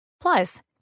Plus